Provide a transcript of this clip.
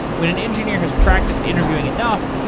when an engineer has practiced interviewing enough,